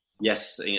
yes